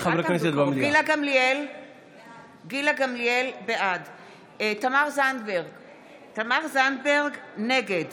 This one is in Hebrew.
בעד גילה גמליאל, בעד תמר זנדברג, נגד